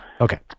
Okay